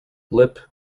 lip